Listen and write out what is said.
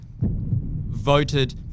Voted